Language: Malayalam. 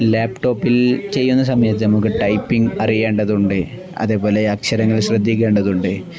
ലാപ്ടോപ്പിൽ ചെയ്യുന്ന സമയത്ത് നമുക്ക് ടൈപ്പിംഗ് അറിയേണ്ടതുണ്ട് അതേപോലെ അക്ഷരങ്ങൾ ശ്രദ്ധിക്കേണ്ടതുണ്ട്